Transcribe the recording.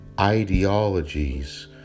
ideologies